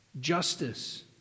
justice